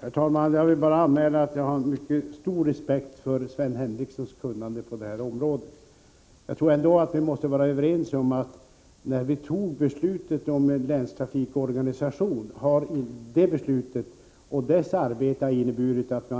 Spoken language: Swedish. Herr talman! Jag vill påpeka att jag har en mycket stor respekt för Sven Henricssons kunnande på detta område. Vi måste ändå vara överens om att det beslut som vi fattade om länstrafikorganisation och arbetet där har inneburit att